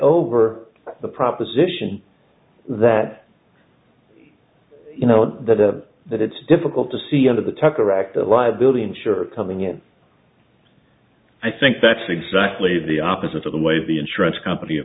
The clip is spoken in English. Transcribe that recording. over the proposition that you know that the that it's difficult to see out of the tucker act the liability insurance coming in i think that's exactly the opposite of the way the insurance company